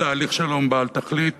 ותהליך שלום בעל תכלית